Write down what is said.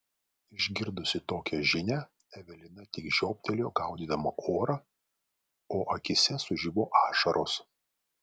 išgirdusi tokią žinią evelina tik žioptelėjo gaudydama orą o akyse sužibo ašaros